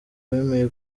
wemeye